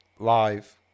live